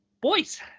Boys